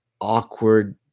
awkward